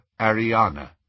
Ariana